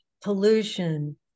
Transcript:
pollution